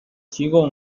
提供